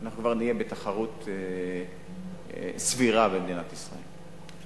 אנחנו כבר נהיה בתחרות סבירה במדינת ישראל.